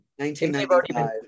1995